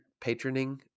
patroning